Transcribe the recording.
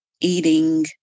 eating